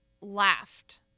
laughed